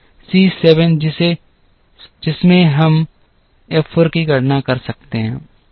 c सात जिसमें से हम F 4 की गणना कर सकते हैं